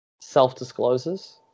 self-discloses